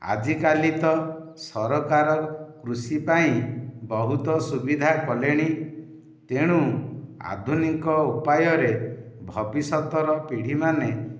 ଆଜିକାଲି ତ ସରକାର କୃଷି ପାଇଁ ବହୁତ ସୁବିଧା କଲେଣି ତେଣୁ ଆଧୁନିକ ଉପାୟରେ ଭବିଷ୍ୟତର ପିଢ଼ୀମାନେ